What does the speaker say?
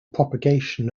propagation